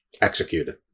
executed